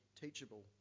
teachable